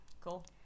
Cool